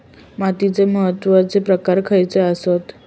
मातीचे महत्वाचे प्रकार खयचे आसत?